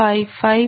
01755 p